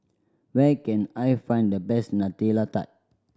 where can I find the best Nutella Tart